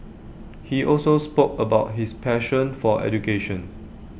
he also spoke about his passion for education